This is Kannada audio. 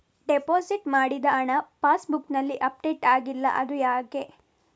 ಡೆಪೋಸಿಟ್ ಮಾಡಿದ ಹಣ ಪಾಸ್ ಬುಕ್ನಲ್ಲಿ ಅಪ್ಡೇಟ್ ಆಗಿಲ್ಲ ಅದು ಯಾಕೆ?